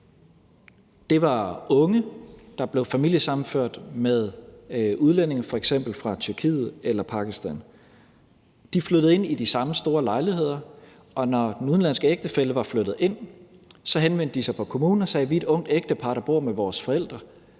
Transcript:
Det var unge, der blev familiesammenført med udlændinge fra f.eks. Tyrkiet eller Pakistan. De flyttede ind i de samme store lejligheder, og når den udenlandske ægtefælle var flyttet ind, henvendte de sig på kommunen og sagde: Vi er et ungt ægtepar, der bor med vores forældre